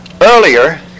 Earlier